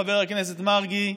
חבר הכנסת מרגי,